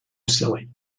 silly